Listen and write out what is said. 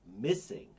missing